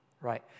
Right